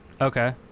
okay